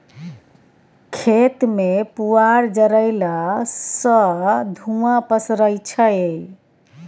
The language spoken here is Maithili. खेत मे पुआर जरएला सँ धुंआ पसरय छै